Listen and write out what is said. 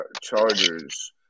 Chargers